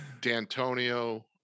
D'Antonio